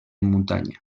muntanya